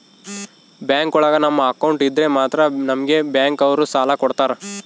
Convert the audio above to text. bank ಒಳಗ ನಮ್ account ಇದ್ರೆ ಮಾತ್ರ ನಮ್ಗೆ ಬ್ಯಾಂಕ್ ಅವ್ರು ಸಾಲ ಕೊಡ್ತಾರ